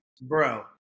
Bro